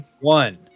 One